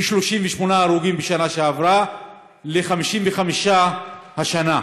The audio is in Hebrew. מ-38 הרוגים בשנה שעברה ל-55 השנה.